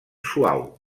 suau